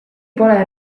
pole